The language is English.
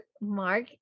Mark